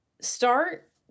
start